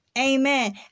Amen